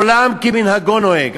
עולם כמנהגו נוהג.